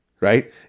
right